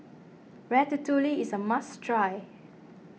Ratatouille is a must try